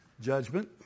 Judgment